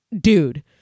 dude